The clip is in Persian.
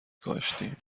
کاشتیم